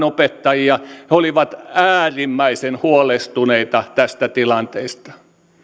opettajia he olivat äärimmäisen huolestuneita tästä tilanteesta